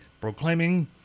proclaiming